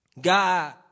God